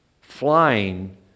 flying